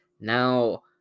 now